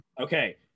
okay